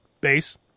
base